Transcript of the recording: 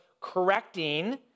correcting